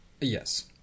Yes